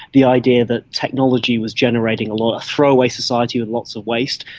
the idea that technology was generating a lot of throwaway society and lots of waste,